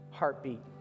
heartbeat